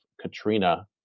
Katrina